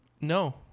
No